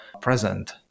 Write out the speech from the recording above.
present